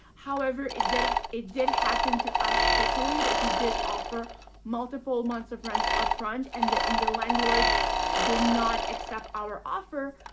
however, it did ah it did happen to us personally that we did offer multiple months of rent upfront, and the and landlord did not accept our offer,